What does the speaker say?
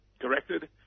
corrected